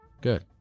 Good